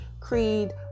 creed